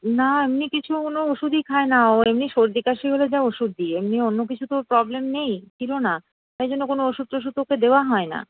না এমনি কিছু কোনো ওষুধই খায় না ওর এমনি সর্দি কাশি হলে যা ওষুধ দিই এমনি অন্যকিছু তো প্রবলেম নেই ছিলো না তাই জন্য কোনো ওষুধ টষুধ ওকে দেওয়া হয় না